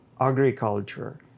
agriculture